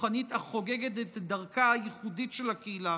ורוחנית החוגגת את דרכה הייחודית של הקהילה